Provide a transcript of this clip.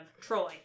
Troy